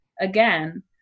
again